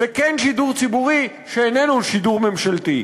וכן שידור ציבורי שאיננו שידור ממשלתי.